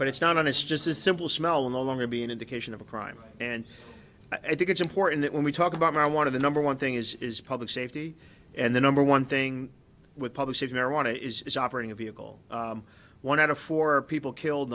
but it's not it's just a simple smell no longer be an indication of a crime and i think it's important that when we talk about my one of the number one thing is is public safety and the number one thing with public marijuana is operating a vehicle one out of four people killed